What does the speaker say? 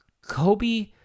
Kobe